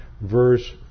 verse